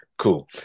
Cool